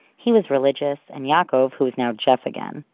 he was religious, and yaakov, who was now jeff again,